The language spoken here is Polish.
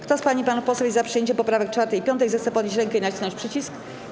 Kto z pań i panów posłów jest za przyjęciem poprawek 4. i 5., zechce podnieść rękę i nacisnąć przycisk.